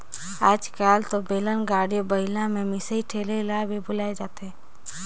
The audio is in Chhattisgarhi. आयज कायल तो बेलन, गाड़ी, बइला के मिसई ठेलई ल भी भूलाये जाथे